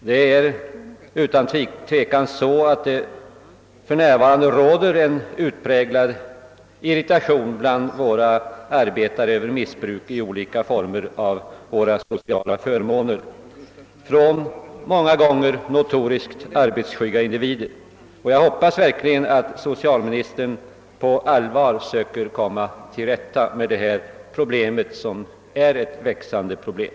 Det är utan tvivel så att det för när "varande råder stark irritation bland våra arbetare över att våra sociala förmåner på olika sätt missbrukas av många gånger notoriskt arbetsskygga individer. Jag hoppas verkligen att socialministern på allvar försöker komma tillrätta med detta problem, som är ett växande problem.